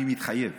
אני מתחייב